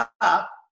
up